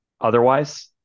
Otherwise